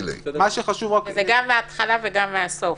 זה גם מההתחלה וגם מהסוף.